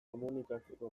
komunikatzeko